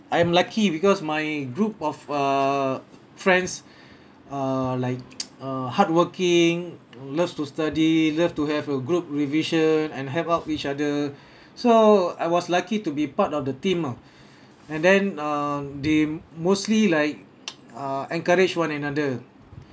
I'm lucky because my group of err friends uh like uh hardworking loves to study love to have a group revision and help out each other so I was lucky to be part of the team ah and then uh they mostly like uh encourage one another